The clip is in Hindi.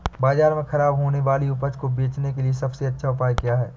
बाज़ार में खराब होने वाली उपज को बेचने के लिए सबसे अच्छा उपाय क्या हैं?